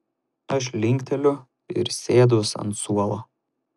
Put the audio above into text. aš linkteliu ir sėduos ant suolo